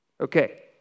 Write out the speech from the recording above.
Okay